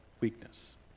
weakness